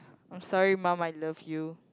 I'm sorry mum I love you